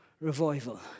revival